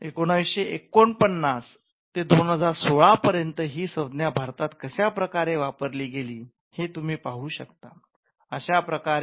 १९४९ ते २०१६ पर्यंत ही संज्ञा भारतात कशाप्रकारे वापरली गेली हे तुम्ही पाहू शकतात